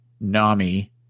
nami